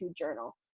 journal